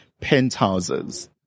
penthouses